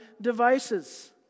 devices